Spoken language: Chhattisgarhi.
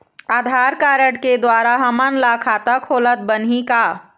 आधार कारड के द्वारा हमन ला खाता खोलत बनही का?